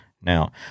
Now